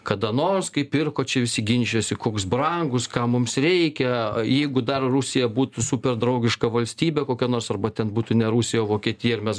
kada nors kai pirko čia visi ginčijosi koks brangus kam mums reikia jeigu dar rusija būtų super draugiška valstybė kokia nors arba ten būtų ne rusija o vokietija ir mes